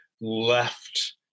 left